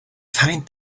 find